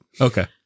Okay